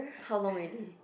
how long already